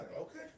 Okay